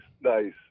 Nice